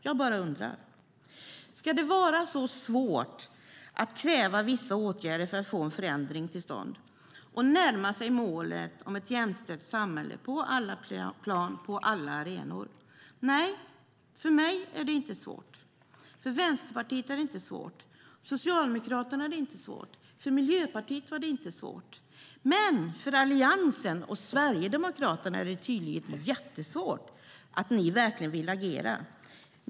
Jag bara undrar. Ska det vara så svårt att kräva vissa åtgärder för att få en förändring till stånd och närma sig målet om ett jämställt samhälle på alla plan, på alla arenor? Nej, för mig är det inte svårt. För Vänsterpartiet är det inte svårt. För Socialdemokraterna är det inte svårt. För Miljöpartiet var det inte svårt. Men för Alliansen och Sverigedemokraterna är det tydligen jättesvårt att agera.